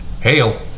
Hail